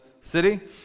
city